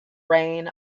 rain